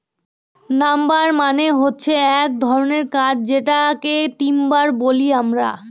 number মানে হচ্ছে এক ধরনের কাঠ যেটাকে টিম্বার বলি আমরা